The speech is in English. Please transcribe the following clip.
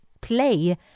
play